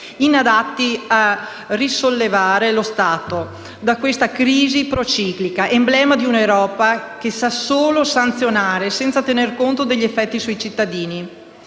inadatti a risollevare lo Stato da questa crisi prociclica, emblema di una Europa che sa solo sanzionare senza tener conto degli effetti sui cittadini.